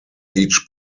each